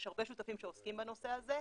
יש הרבה שותפים שעוסקים בנושא הזה,